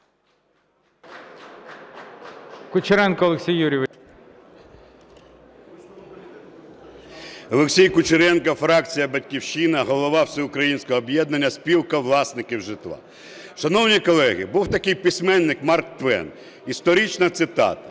Олексій Кучеренко, фракція "Батьківщина", голова Всеукраїнського об'єднання "Спілка власників житла". Шановні колеги, був такий письменник Марк Твен, історична цитата: